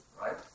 Right